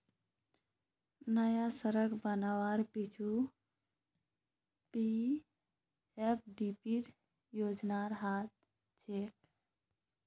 नया सड़क बनवार पीछू पीएफडीपी योजनार हाथ छेक